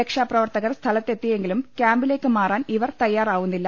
രക്ഷാ പ്രവർത്തകർ സ്ഥലത്തെത്തിയെങ്കിലും ക്യാമ്പിലേക്ക് മാറാൻ ഇവർ തയ്യാ റാവുന്നില്ല